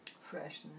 Freshness